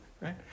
right